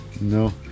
No